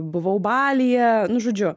buvau balyje nu žodžiu